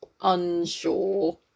Unsure